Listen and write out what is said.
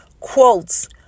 Quotes